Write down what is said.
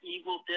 evil